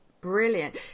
Brilliant